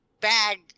bag